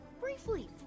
briefly